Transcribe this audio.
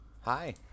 Hi